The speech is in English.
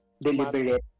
deliberate